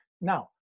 now